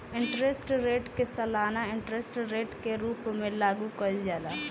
interest rate के सालाना interest rate के रूप में लागू कईल जाला